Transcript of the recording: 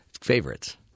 favorites